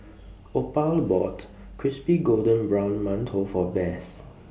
Opal bought Crispy Golden Brown mantou For Bess